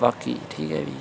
बाकी ठीक ऐ प्ही